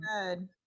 good